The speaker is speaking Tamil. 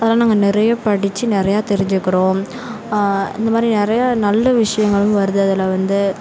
அதெல்லாம் நாங்கள் நிறையா படிச்சு நிறையா தெரிஞ்சுக்கிறோம் இந்த மாதிரி நிறையா நல்ல விஷயங்களும் வருது அதில் வந்து